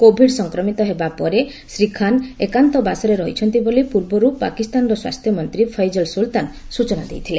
Covid ସଂକ୍ରମିତ ହେବା ପରେ ଶ୍ରୀ ଖାନ୍ ଏକାନ୍ତ ବାସରେ ରହିଛନ୍ତି ବୋଲି ପୂର୍ବରୁ ପାକିସ୍ତାନର ସ୍ୱାସ୍ଥ୍ୟମନ୍ତ୍ରୀ ଫୈଜଲ ସୁଲତାନ ସୂଚନା ଦେଇଥିଲେ